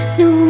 no